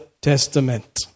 testament